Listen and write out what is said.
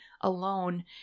alone